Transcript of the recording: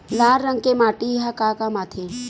लाल रंग के माटी ह का काम आथे?